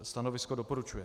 Stanovisko doporučuje.